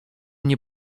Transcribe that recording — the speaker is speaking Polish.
nie